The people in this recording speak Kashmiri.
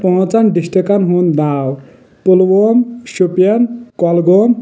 پانٛژن ڈسٹرکن ہُنٛد ناو پُلووم شُپین گۄلگوم